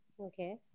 Okay